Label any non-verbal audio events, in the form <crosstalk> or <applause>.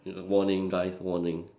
<noise> warning guys warning